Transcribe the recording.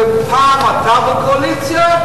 פעם אתה בקואליציה,